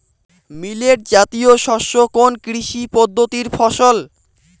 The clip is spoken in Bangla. মিলেট জাতীয় শস্য কোন কৃষি পদ্ধতির ফসল?